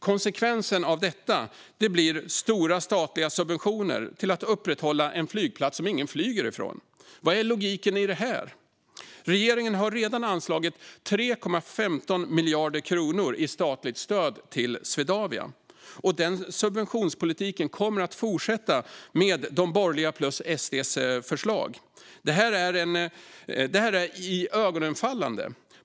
Konsekvensen av detta blir stora statliga subventioner till att upprätthålla en flygplats som ingen flyger från. Vad är logiken i det? Regeringen har redan anslagit 3,15 miljarder kronor i statligt stöd till Swedavia. Den subventionspolitiken kommer att fortsätta med de borgerligas plus SD:s förslag. Det här är iögonfallande.